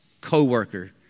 co-worker